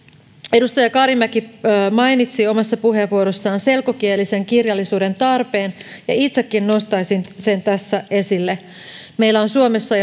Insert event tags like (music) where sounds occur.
edustaja karimäki mainitsi omassa puheenvuorossaan selkokielisen kirjallisuuden tarpeen ja itsekin nostaisin sen tässä esille meillä on suomessa (unintelligible)